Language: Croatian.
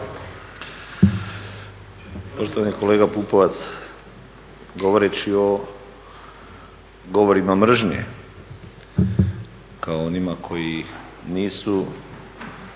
Poštovani kolega Pupovac, govoreći o govorima mržnje kao o onima koji nisu